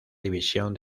división